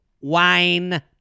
wine